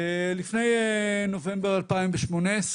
לפני נובמבר 2018,